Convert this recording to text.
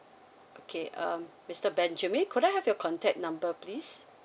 okay um mister benjamin could I have your contact number please